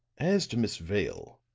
as to miss vale,